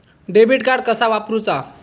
Debit card कसा वापरुचा?